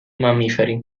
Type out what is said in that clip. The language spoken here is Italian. mammiferi